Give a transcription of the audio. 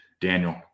Daniel